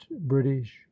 british